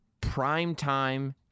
primetime